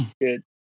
Good